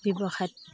ব্যৱসায়ত